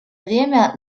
время